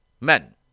men